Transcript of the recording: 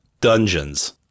dungeons